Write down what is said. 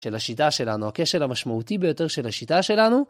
של השיטה שלנו, הכשל המשמעותי ביותר של השיטה שלנו